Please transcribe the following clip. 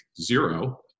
zero